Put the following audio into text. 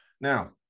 Now